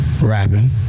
rapping